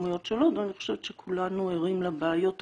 אני חושבת שכולנו ערים לבעיות הקיימות,